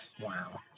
Wow